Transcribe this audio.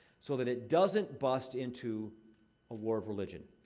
so that it doesn't bust into a war of religion.